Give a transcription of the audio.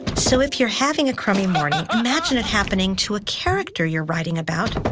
so if you're having a crummy morning, imagine it happening to a character you're writing about,